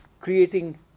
creating